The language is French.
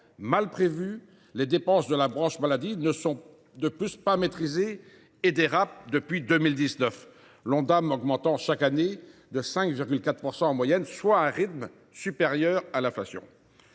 Mal prévues, les dépenses de la branche maladie ne sont pas maîtrisées et dérapent depuis 2019, l’Ondam augmentant chaque année de 5,4 % en moyenne, soit à un rythme supérieur à l’inflation.